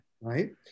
right